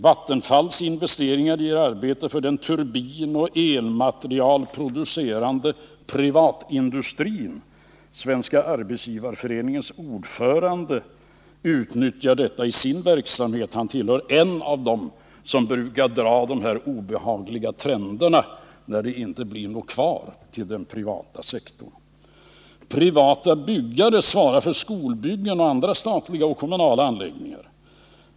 Vattenfalls investeringar ger arbete för den turbinoch elmaterialproducerande privatindustrin. Svenska arbetsgivareföreningens ordförande utnyttjar i sin verksamhet det resonemang som jag antytt. Han är trots detta en av dem som brukar dra de här obehagliga trenderna, som skall visa att det inte blir någonting kvar för den privata sektorn. Privata byggare svarar dock för skolbyggen och andra statliga och kommunala anläggningar.